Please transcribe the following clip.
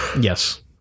Yes